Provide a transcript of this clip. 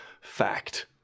Fact